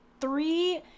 three